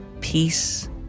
peace